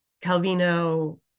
Calvino